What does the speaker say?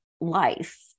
life